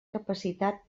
capacitat